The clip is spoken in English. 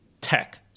tech